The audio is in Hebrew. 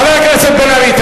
חבר הכנסת בן-ארי,